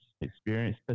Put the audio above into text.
experience